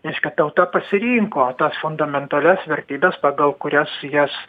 reiškia tauta pasirinko tas fundamentalias vertybes pagal kurias jas